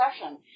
session